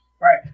Right